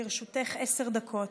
לרשותך עשר דקות,